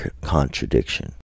contradiction